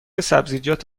سبزیجات